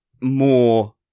more